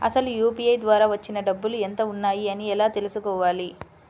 అసలు యూ.పీ.ఐ ద్వార వచ్చిన డబ్బులు ఎంత వున్నాయి అని ఎలా తెలుసుకోవాలి?